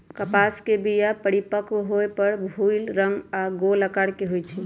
कपास के बीया परिपक्व होय पर भूइल रंग आऽ गोल अकार के होइ छइ